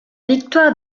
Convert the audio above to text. victoire